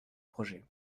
projet